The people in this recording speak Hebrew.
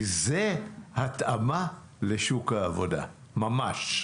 כי זה התאמה לשוק העבודה, ממש.